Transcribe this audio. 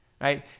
right